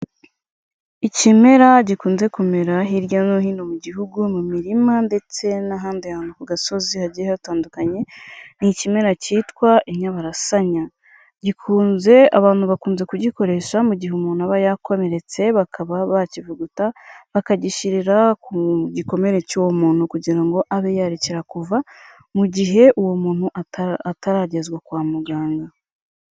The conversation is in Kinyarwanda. Ikimera gikunze kumera hirya no hino mu gihugu mu mirima ndetse n'ahandi hantu ku gasozi hagiye hatandukanye ni ikimera cyitwa inyabarasanya, gikunze abantu bakunze kugikoresha mu gihe umuntu aba yakomeretse, bakaba bakivuguta bakagishyirira ku gikomere cy'uwo muntu kugira ngo abe yarekera kuva mu gihe uwo muntu ataragezwa kwa muganga.